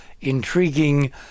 intriguing